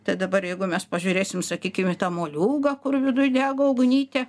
tai dabar jeigu mes pažiūrėsim sakykim į tą moliūgą kur viduj dega ugnytė